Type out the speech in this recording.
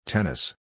Tennis